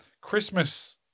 Christmas